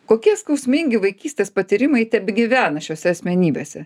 kokie skausmingi vaikystės patyrimai tebegyvena šiose asmenybėse